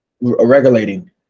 Regulating